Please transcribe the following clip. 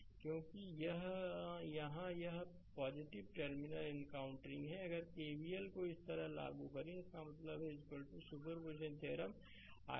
क्योंकि यहां यह टर्मिनल एनकाउंटरिंग है अगर केवीएल को इस तरह लागू करें इसका मतलब है superposition theorem i1 i2 i3